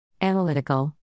Analytical